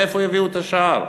מאיפה יביאו את השאר?